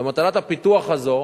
ובמטלת הפיתוח הזאת